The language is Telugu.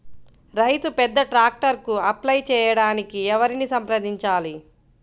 రైతు పెద్ద ట్రాక్టర్కు అప్లై చేయడానికి ఎవరిని సంప్రదించాలి?